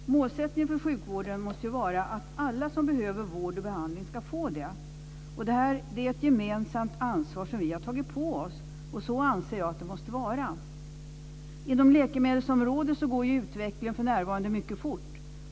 Målsättningen för sjukvården måste vara att alla som behöver vård och behandling ska få det. Det är ett gemensamt ansvar som vi har tagit på oss, och så anser jag att det måste vara. Inom läkemedelsområdet går utvecklingen för närvarande mycket fort.